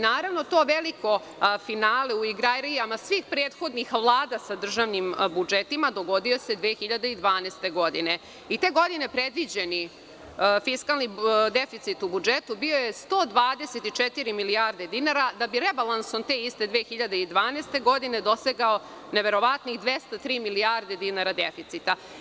Naravno to veliko finale u igrarijama svih prethodnih vlada sa državnim budžetima dogodio se 2012. godine, i te godine predviđeni fiskalni deficit u budžetu bio je 124 milijardi dinara da bi rebalansom te iste 2012. godine dosegao neverovatnih 203 milijarde dinara deficita.